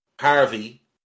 Harvey